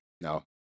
No